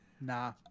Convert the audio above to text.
Nah